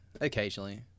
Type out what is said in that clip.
occasionally